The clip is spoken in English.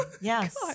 Yes